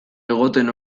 egoten